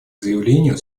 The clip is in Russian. заявлению